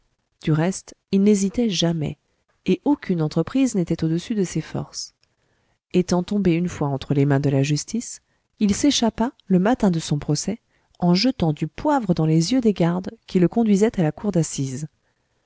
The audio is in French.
du reste il n'hésitait jamais et aucune entreprise n'était au-dessus de ses forces étant tombé une fois entre les mains de la justice il s'échappa le matin de son procès en jetant du poivre dans les yeux des gardes qui le conduisaient à la cour d'assises